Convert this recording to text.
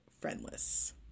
friendless